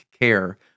care